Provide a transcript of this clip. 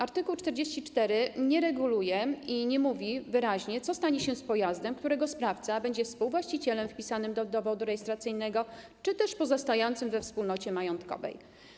Art. 44 nie reguluje i nie mówi wyraźnie, co stanie się z pojazdem, gdy sprawca będzie jego współwłaścicielem wpisanym do dowodu rejestracyjnego, czy też pozostającym we wspólnocie majątkowej.